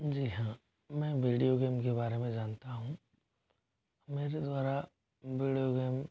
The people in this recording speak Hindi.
जी हाँ मैं वीडियो गेम के बारे में जानता हूँ मेरे द्वारा वीडियो गेम